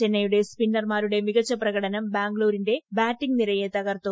ചെന്നൈയുടെ സ്പിന്നർമാരുടെ മികച്ച പ്രകടനം ബാംഗ്ലൂരിന്റെ ബാറ്റിംഗ് നിരയെ തകർത്തു